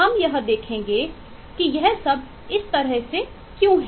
हम यह देखेंगे कि यह सब इस तरह से क्यों है